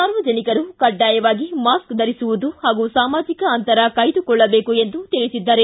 ಸಾರ್ವಜನಿಕರು ಕಡ್ವಾಯವಾಗಿ ಮಾಸ್ತ ಧರಿಸುವುದು ಹಾಗೂ ಸಾಮಾಜಿಕ ಅಂತರ ಕಾಯ್ದುಕೊಳ್ಟಬೇಕು ಎಂದು ತಿಳಿಸಿದ್ದಾರೆ